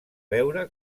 veure